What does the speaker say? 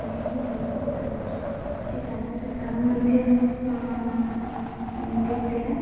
ଆଜି ମୁଁ ସେମିତି ଦେଖାଯାଉଛି ସେ କାନର ଦାମ ମଧ୍ୟ ଠିକ୍ ଥିଲା